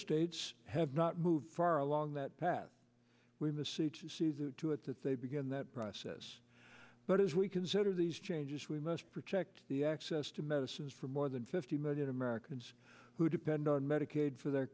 states have not moved far along that path we must see to see that to it that they begin that process but as we consider these changes we must protect the access to medicines for more than fifty million americans who depend on medicaid for their